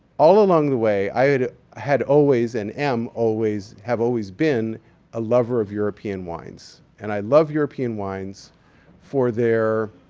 all along the way, i had had always and am always and have always been a lover of european wines. and i love european wines for their